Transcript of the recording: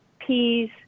peas